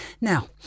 Now